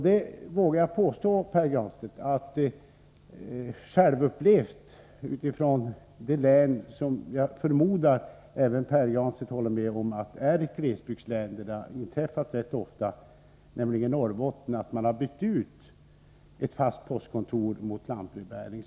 Detta är något självupplevt från det län som jag förmodar Pär Granstedt håller med mig om är ett glesbygdslän, Norrbottens län, där det har inträffat rätt ofta att man bytt ut ett fast postkontor mot lantbrevbäring.